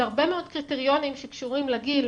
הרבה מאוד קריטריונים שקשורים לגיל,